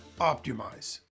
optimize